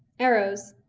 arrows,